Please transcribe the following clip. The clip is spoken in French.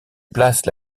place